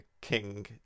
king